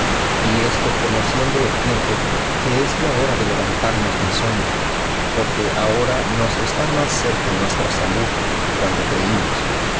y esto conociendo el tiempo que es ya hora de levantarnos del sueño porque ahora nos está más cerca nuestra salud que cuando creímos